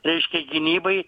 reiškia gynybai